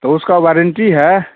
तो उसका वारंटी है